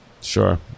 Sure